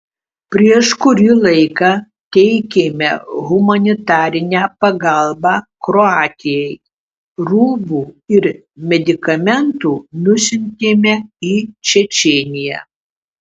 prieš kurį laiką teikėme humanitarinę pagalbą kroatijai rūbų ir medikamentų nusiuntėme į čečėniją